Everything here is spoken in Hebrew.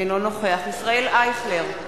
אינו נוכח ישראל אייכלר,